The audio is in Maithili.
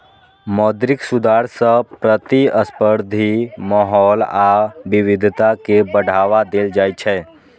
मौद्रिक सुधार सं प्रतिस्पर्धी माहौल आ विविधता कें बढ़ावा देल जाइ छै